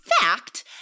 fact